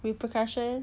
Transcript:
repercussion